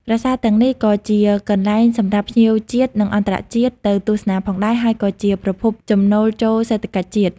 ប្រាសាទទាំងនេះក៏ជាកន្លែងសម្រាប់ភ្ញៀវជាតិ និងអន្តរជាតិទៅទស្សនាផងដែរ ហើយក៏ជាប្រភពចំណូលចូលសេដ្ឋកិច្ចជាតិ។